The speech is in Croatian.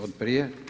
Od prije?